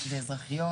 כאזרחיות